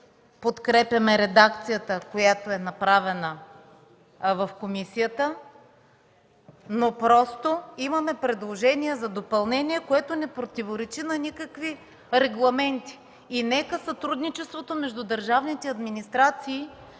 подкрепяме редакцията, която е направена в комисията, но имаме предложение за допълнение, което не противоречи на никакви регламенти. Нека сътрудничеството между държавните администрации